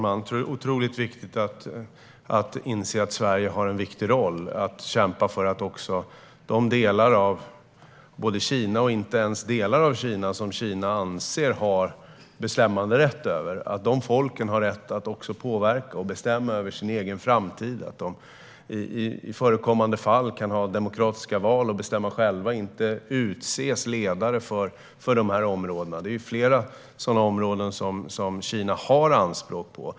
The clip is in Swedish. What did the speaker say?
Herr talman! Sverige har en viktig roll i att kämpa för att folk i de områden som inte ens är Kina men som Kina anser sig ha bestämmanderätt över ska ha rätt att påverka och bestämma över sin egen framtid och att de i förekommande fall ska kunna ha demokratiska val och själva bestämma och inte få ledare utsedda åt sig. Det finns flera sådana områden som Kina gör anspråk på.